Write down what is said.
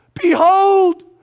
behold